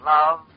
Love